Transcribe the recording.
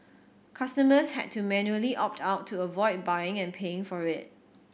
customers had to manually opt out to avoid buying and paying for it